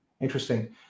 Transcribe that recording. interesting